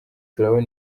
turabona